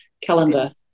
Calendar